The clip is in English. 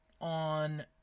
on